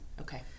Okay